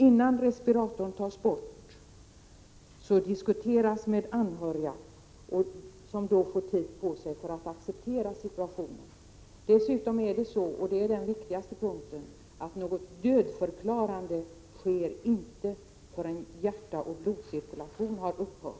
Innan respiratorn tas bort diskuterar man med de anhöriga, som då får tid på sig att acceptera situationen. Den viktigaste punkten är dessutom att något dödförklarande inte sker förrän hjärtverksamhet och blodcirkulation har upphört.